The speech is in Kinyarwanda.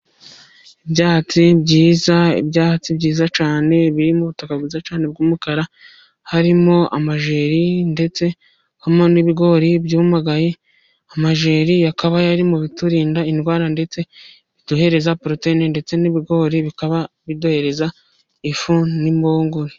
Ibyatsi byiza, ibyatsi byiza cyane birimo ubutaka bwiza cyane bw'umukara. Harimo amajeri ndetse harimo n'ibigori byumagaye, amajeri akaba ari mu biturinda indwara, ndetse biduhereza porotoyine ndetse n'ibigori bikaba biduhereza ifu n'impungure.